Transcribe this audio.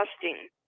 testing